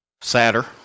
sadder